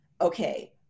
okay